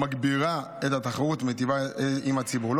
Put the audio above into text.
מגבירה את התחרות ומיטיבה עם הציבור.